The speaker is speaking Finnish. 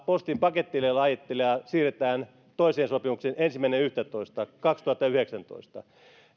postin pakettilajittelijaa siirretään toiseen sopimukseen ensimmäinen yhdettätoista kaksituhattayhdeksäntoista